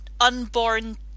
unborn